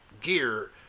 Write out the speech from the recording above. gear